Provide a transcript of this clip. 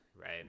right